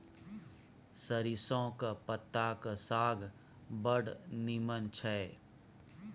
सरिसौंक पत्ताक साग बड़ नीमन छै